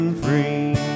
free